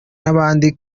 n’ahandi